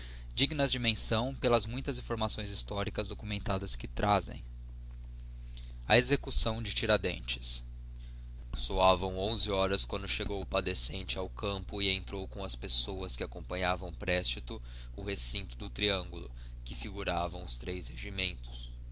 dignas de menção pelas muitas informações históricas documentadas que trazem a execução de tiradentes soavam onze horas quando chegou o padecente ao campo e entrou com as pessoas que acompanhavam o préstito o recinto do triangulo que figuravam os três regimentos